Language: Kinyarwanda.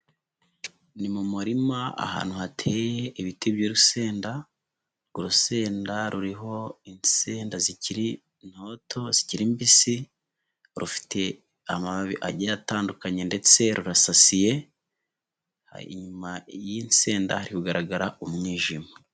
Ni mu murima ahantu hateye ibiti by'urusenda, urusenda ruriho insenda zikiri ntoto, zikiri mbisi, rufite amababi agiye atandukanye ndetse rurasasiye, inyuma y'inseda hari kugaragara umwijima.